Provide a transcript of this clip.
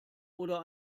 oder